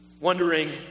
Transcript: Wondering